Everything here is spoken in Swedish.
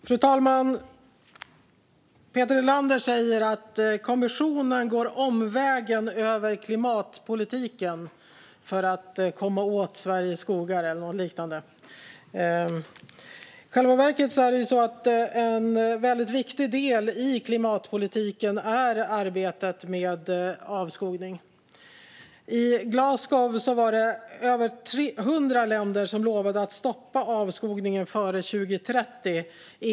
Fru talman! Peter Helander säger att kommissionen går omvägen över klimatpolitiken för att komma åt Sveriges skogar, eller något liknande. I själva verket är arbetet med avskogning en viktig del i klimatpolitiken. I Glasgow lovade över 100 länder att stoppa avskogningen före 2030.